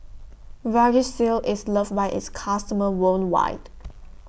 Vagisil IS loved By its customers worldwide